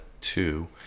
two